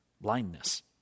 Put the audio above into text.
blindness